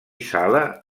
sala